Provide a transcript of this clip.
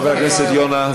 חבר הכנסת יונה,